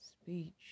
Speech